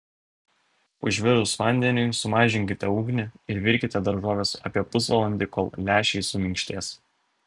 užvirus vandeniui sumažinkite ugnį ir virkite daržoves apie pusvalandį kol lęšiai suminkštės